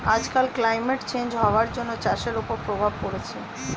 আজকাল climate change হওয়ার জন্য চাষের ওপরে প্রভাব পড়ছে